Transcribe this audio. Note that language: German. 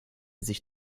sich